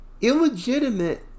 illegitimate